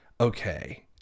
okay